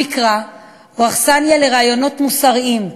המקרא הוא אכסניה לרעיונות מוסריים,